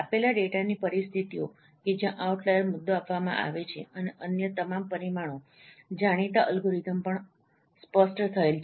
આપેલા ડેટાની પરિસ્થિતિઓ કે જ્યાં આઉટલાઈર મુદ્દો આપવામાં આવે છે અને અન્ય તમામ પરિમાણો જાણીતા એલ્ગોરિધમ્સ પણ સ્પષ્ટ થયેલ છે